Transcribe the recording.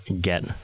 get